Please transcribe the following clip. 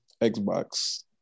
xbox